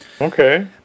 Okay